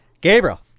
Gabriel